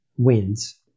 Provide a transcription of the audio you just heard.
wins